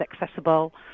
accessible